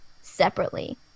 separately